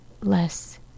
less